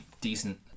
decent